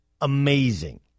amazing